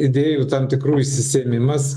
idėjų tam tikrų išsisėmimas